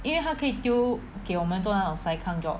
因为他可以丢给我们做那种 sai kang job